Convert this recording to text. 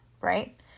right